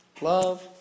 Love